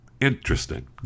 Interesting